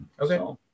Okay